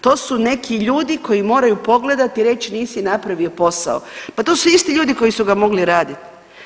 To su neki ljudi koji moraju pogledat i reć nisi napravio posao, pa to su isti ljudi koji su ga mogli radit.